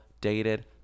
dated